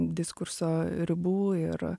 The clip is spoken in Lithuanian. diskurso ribų ir